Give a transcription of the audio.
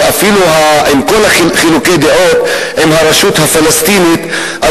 למרות חילוקי הדעות עם הרשות הפלסטינית,